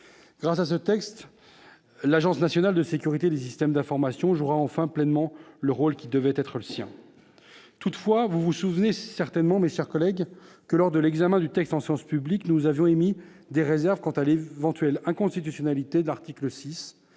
Grâce à ce texte, l'Agence nationale de la sécurité des systèmes d'information jouera enfin pleinement le rôle qui est le sien. Toutefois, vous vous en souvenez certainement, mes chers collègues, lors de l'examen du texte en séance publique, nous avions émis des réserves relatives à une éventuelle inconstitutionnalité de son article 6,